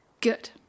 Good